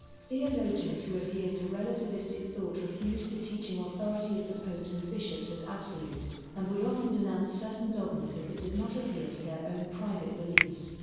theologians who adhered to relativistic thought refused the teaching authority of the popes and bishops as absolute and would often denounce certain dogmas if it did not adhere to their own private beliefs.